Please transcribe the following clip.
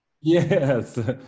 Yes